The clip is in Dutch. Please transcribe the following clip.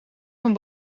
van